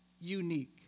unique